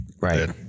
Right